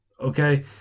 Okay